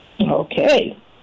Okay